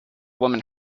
woman